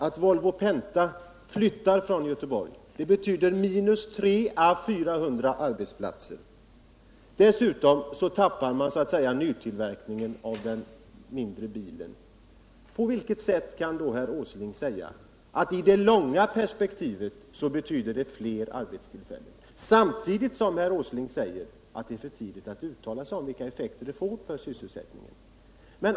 Att Volvo Penta flyttar från Göteborg betyder en minskning med 300 äå 400 arbetsplatser där. Dessutom tappar man nytillverkningen av den mindre bilen. Hur kan då herr Åsling säga att det i det långa perspektivet betyder fler arbetstillfällen, samtidigt som herr Åsling säger att det är för tidigt att uttala sig om vilka effekter flyttningen kommer att få för sysselsättningen?